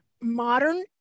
modern